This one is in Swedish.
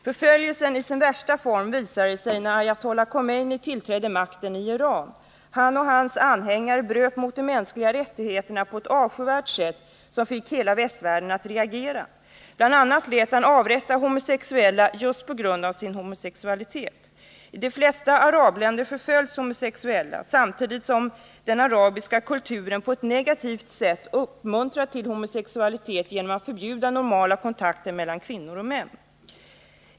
Förföljelse i dess värsta form kom till uttryck när ayatollah Khomeiny tillträdde makten i Iran. Han och hans anhängare bröt mot de mänskliga rättigheterna på ett avskyvärt sätt som fick hela västvärlden att reagera. Bl. a. lät han avrätta homosexuella just på grund av deras homosexualitet. I de flesta arabländer förföljs homosexuella samtidigt som den arabiska kulturen på ett negativt sätt uppmuntrar till homosexualitet genom att förbjuda normala kontakter mellan kvinnor och män.